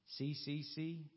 CCC